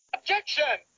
Objection